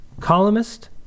columnist